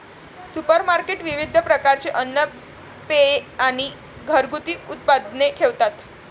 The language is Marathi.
सुपरमार्केट विविध प्रकारचे अन्न, पेये आणि घरगुती उत्पादने ठेवतात